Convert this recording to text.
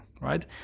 right